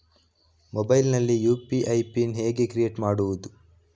Mobile ನಲ್ಲಿ UPI PIN ಹೇಗೆ create ಮಾಡುವುದು?